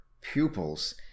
pupils